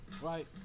right